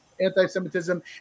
anti-Semitism